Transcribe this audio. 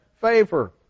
favor